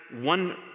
one